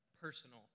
personal